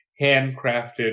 handcrafted